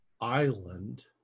island